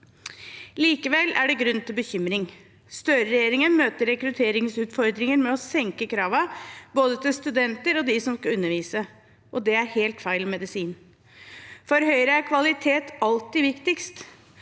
Likevel er det grunn til bekymring. Støre-regjeringen møter rekrutteringsutfordringer med å senke kravene til både studenter og dem som skal undervise, og det er helt feil medisin. For Høyre er kvalitet alltid viktigst.